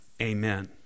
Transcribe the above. Amen